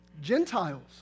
Gentiles